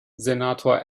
senator